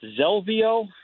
Zelvio